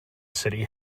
city